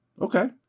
Okay